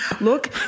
look